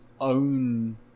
own